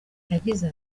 yagize